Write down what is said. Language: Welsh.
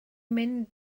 mynd